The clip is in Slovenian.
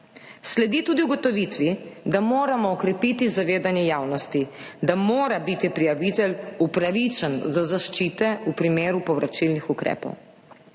Sledi tudi ugotovitvi, da moramo okrepiti zavedanje javnosti, da mora biti prijavitelj upravičen do zaščite v primeru povračilnih ukrepov.